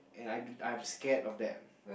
and that I I'm scared of that